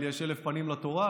לא, לא, חברת הכנסת מאי גולן.